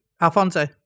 Alfonso